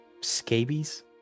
Scabies